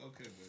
Okay